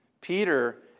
Peter